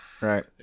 Right